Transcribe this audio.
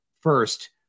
First